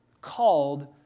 called